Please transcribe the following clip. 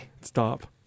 Stop